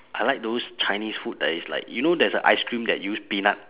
I like those chinese food that is like you know there is a ice cream that use peanut